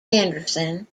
anderson